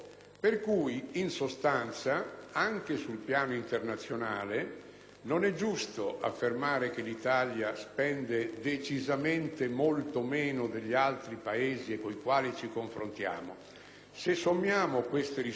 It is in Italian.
non è giusto affermare che l'Italia spenda decisamente molto meno degli altri Paesi con i quali ci confrontiamo. Se sommiamo tutte queste risorse vediamo che l'Italia fa uno sforzo forse